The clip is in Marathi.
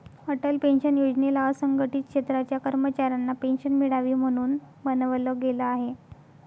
अटल पेन्शन योजनेला असंघटित क्षेत्राच्या कर्मचाऱ्यांना पेन्शन मिळावी, म्हणून बनवलं गेलं आहे